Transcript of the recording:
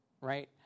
right